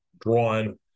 drawn